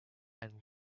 and